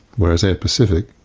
whereas air pacific,